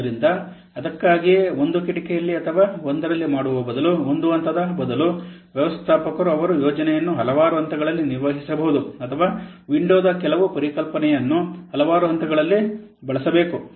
ಆದ್ದರಿಂದ ಅದಕ್ಕಾಗಿಯೇ ಒಂದು ಕಿಟಕಿಯಲ್ಲಿ ಅಥವಾ ಒಂದರಲ್ಲಿ ಮಾಡುವ ಬದಲು ಒಂದು ಹಂತದ ಬದಲು ವ್ಯವಸ್ಥಾಪಕರು ಅವರು ಯೋಜನೆಯನ್ನು ಹಲವಾರು ಹಂತಗಳಲ್ಲಿ ನಿರ್ವಹಿಸಬೇಕು ಅಥವಾ ವಿಂಡೋದ ಕೆಲವು ಪರಿಕಲ್ಪನೆಯನ್ನು ಹಂತದಲ್ಲಿ ಹಲವಾರು ಹಂತಗಳಲ್ಲಿ ಬಳಬೇಕು